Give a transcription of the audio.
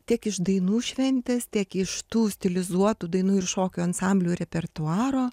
tiek iš dainų šventės tiek iš tų stilizuotų dainų ir šokių ansamblių repertuaro